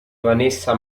vanessa